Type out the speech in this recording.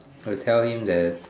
I will tell him that